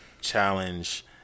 challenge